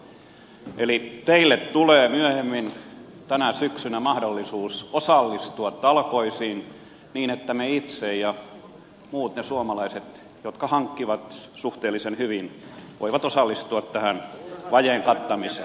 eli teille tulee myöhemmin tänä syksynä mahdollisuus osallistua talkoisiin niin että me itse ja muut ne suomalaiset jotka hankkivat suhteellisen hyvin voivat osallistua tähän vajeen kattamiseen